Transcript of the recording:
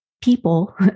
people